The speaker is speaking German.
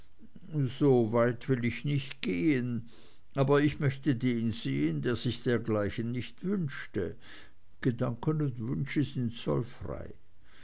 so weit will ich nicht gehen aber ich möchte den sehen der sich dergleichen nicht wünschte gedanken und wünsche sind zollfrei